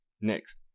Next